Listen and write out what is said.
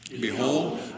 Behold